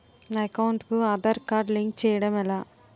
నా అకౌంట్ కు Aadhaar card link చేయడం ఎలా?